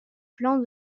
flanc